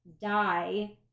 die